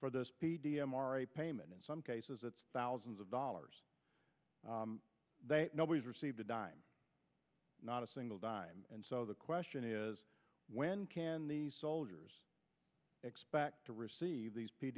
for the speedy m r e payment in some cases it's thousands of dollars nobody's received a dime not a single dime and so the question is when can the soldiers expect to receive these p